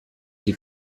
die